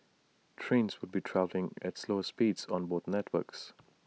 the trains would be travelling at slower speeds on both networks